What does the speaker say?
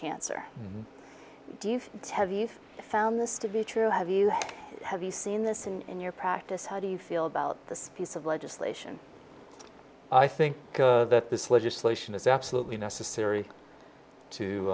cancer do you have you've found this to be true have you have you seen this in your practice how do you feel about the speech of legislation i think that this legislation is absolutely necessary